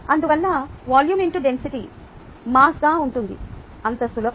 అందువల్ల volume X density మాస్గా ఉంటుంది అంత సులభం